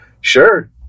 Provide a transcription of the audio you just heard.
Sure